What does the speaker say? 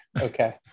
Okay